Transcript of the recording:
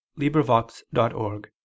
LibriVox.org